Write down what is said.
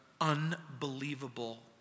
unbelievable